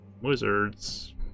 wizards